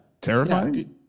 Terrifying